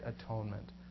atonement